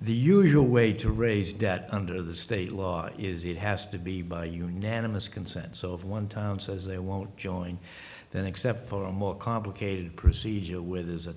the usual way to raise that under the state law is it has to be by unanimous consent so of one time says they won't join then except for a more complicated procedure where there's a